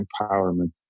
empowerment